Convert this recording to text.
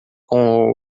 com